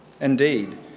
Indeed